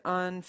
on